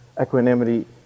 equanimity